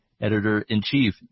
Editor-in-Chief